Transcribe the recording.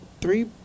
Three